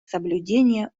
соблюдение